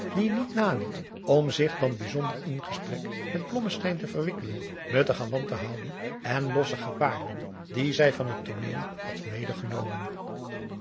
die niet naliet om zich dan bijzonder in gesprek met blommesteyn te wikkelen met de galante houding en losse gebaarden die zij van het tooneel had medegenomen